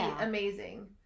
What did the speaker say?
amazing